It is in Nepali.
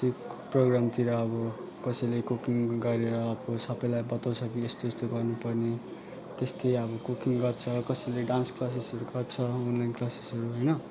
त्यही प्रोग्रामतिर आब कसैले कुकिङ गरेर सबैलाई बताउँछ कि यस्तो यस्तो गर्नु पर्ने त्यस्तै अब कुकिङ गर्छ कसैले डान्स क्लासेसहरू गर्छ अनलाइन क्लासेसहरू होइन